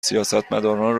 سیاستمداران